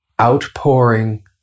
outpouring